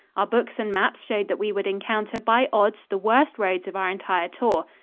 our books and maps showed that we would encounter by odds the worst roads of our entire tour.